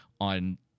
on